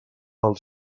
pel